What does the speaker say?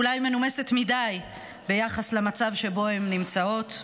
אולי מנומסת מדי ביחס למצב שבו הן נמצאות,